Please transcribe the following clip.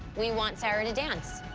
we want sarah to dance.